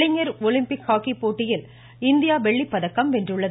இளைஞர் Olympic hockey போட்டிகளில் India வெள்ளிப்பதக்கம் வென்றுள்ளது